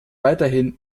weiterhin